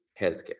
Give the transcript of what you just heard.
Healthcare